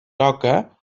toca